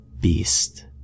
beast